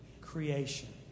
creation